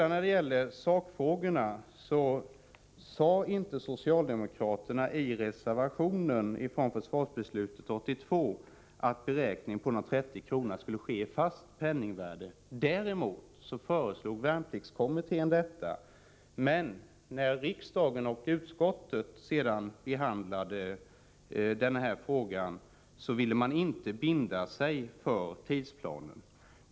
När det gäller sakfrågorna sade inte socialdemokraterna i reservationen till försvarsbeslutet 1982 att beräkningen av dessa 30 kr. skulle ske i fast penningvärde. Däremot föreslog värnpliktskommittén detta. Men när riksdagen och utskottet sedan behandlade frågan ville man inte binda sig för tidsplanen.